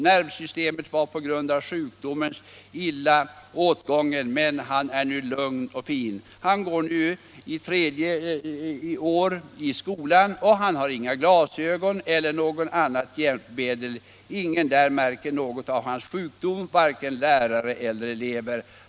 Nervsystemet var på grund av sjukdomen illa åtgånget, men han är nu lugn och fin. Han går nu på sitt tredje år i skolan, han har inga glasögon eller något annat hjälpmedel, ingen där märker något av hans sjukdom, varken lärare eller elever.